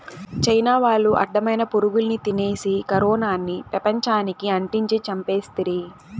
China వాళ్లు అడ్డమైన పురుగుల్ని తినేసి కరోనాని పెపంచానికి అంటించి చంపేస్తిరి